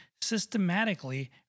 systematically